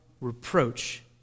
reproach